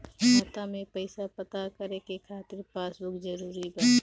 खाता में पईसा पता करे के खातिर पासबुक जरूरी बा?